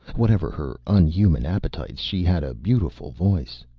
whatever her unhuman appetites, she had a beautiful voice.